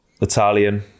Italian